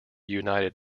united